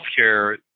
healthcare